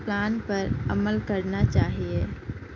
plan پر عمل کرنا چاہیے